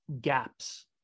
gaps